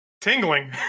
tingling